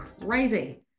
crazy